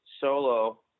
solo